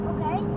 Okay